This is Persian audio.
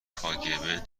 کاگب